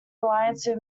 alliance